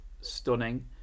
stunning